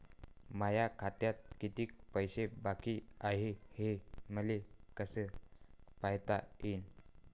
माया खात्यात कितीक पैसे बाकी हाय हे मले कस पायता येईन?